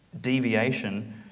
deviation